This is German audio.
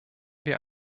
wir